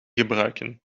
gebruiken